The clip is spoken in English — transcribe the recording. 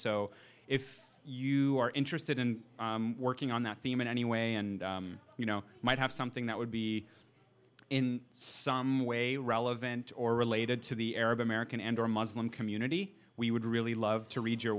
so if you are interested in working on that theme in any way and you know might have something that would be in some way relevant or related to the arab american and or muslim community we would really love to read your